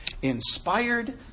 Inspired